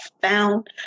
found